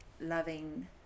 loving